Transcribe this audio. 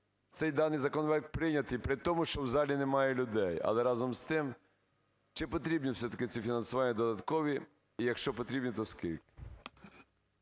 цей даний законопроект прийняти, при тому, що в залі немає людей. Але, разом з тим, чи потрібні все-таки фінансування додаткові, і якщо потрібні, то скільки?